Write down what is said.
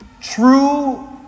True